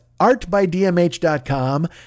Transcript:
artbydmh.com